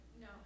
No